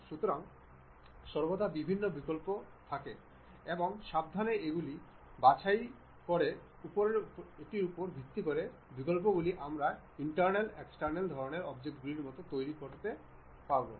সুতরাং সর্বদা বিভিন্ন বিকল্প থাকে এবং সাবধানে এগুলি বাছাইয়ের উপর ভিত্তি করে বিকল্পগুলি আমরা ইন্টারনাল এক্সটার্নাল ধরণের অবজেক্টগুলি তৈরির অবস্থানে থাকব